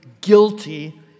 guilty